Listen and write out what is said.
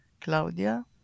Claudia